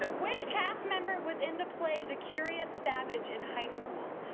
so which cast member was in the play the curious savage in high school.